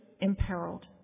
imperiled